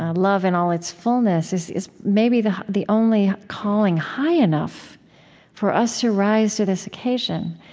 ah love in all its fullness is is maybe the the only calling high enough for us to rise to this occasion.